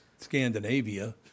Scandinavia